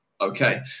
okay